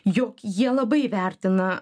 jog jie labai vertina